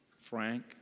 Frank